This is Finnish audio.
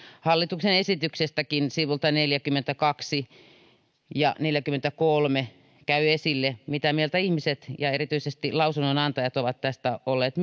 hallituksen esityksestäkin sivuilta neljäkymmentäkaksi ja neljäkymmentäkolme tämä käy esille mitä mieltä ihmiset ja erityisesti lausunnonantajat ovat tästä olleet